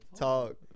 talk